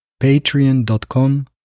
patreon.com